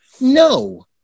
no